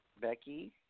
Becky